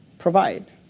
provide